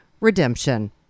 redemption